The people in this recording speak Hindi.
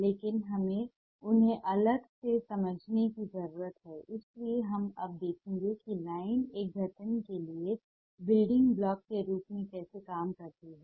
लेकिन हमें उन्हें अलग से समझने की जरूरत है इसलिए हम अब देखेंगे कि लाइन एक गठन के लिए बिल्डिंग ब्लॉक के रूप में कैसे काम करती है